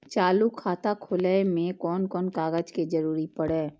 चालु खाता खोलय में कोन कोन कागज के जरूरी परैय?